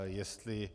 Jestli...